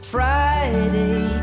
Friday